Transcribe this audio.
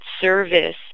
service